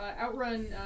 OutRun